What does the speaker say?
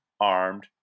armed